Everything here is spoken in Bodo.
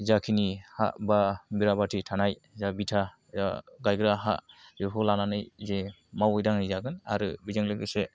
जाखिनि हा बा बेराफाथि थानाय जा बिथा जा गायग्रा हा बेखौ लानानै जे मावै दाङै जागोन आरो बेजों लोगोसे